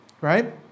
Right